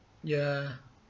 ya